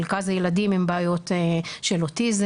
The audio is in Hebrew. חלקה זה ילדים עם בעיות של אוטיזם,